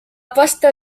posta